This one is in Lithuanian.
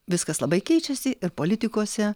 viskas labai keičiasi ir politikose